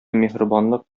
миһербанлык